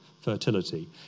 fertility